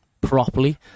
properly